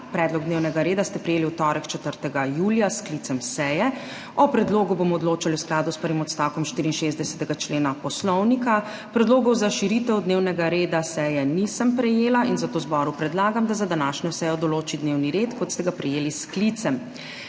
Predlog dnevnega reda ste prejeli v torek, 4. julija 2023, s sklicem seje. O predlogu bomo odločali v skladu s prvim odstavkom 64. člena Poslovnika. Predlogov za širitev dnevnega reda seje nisem prejela, zato zboru predlagam, da za današnjo sejo določi dnevni red, kot ste ga prejeli s sklicem.